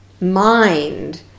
mind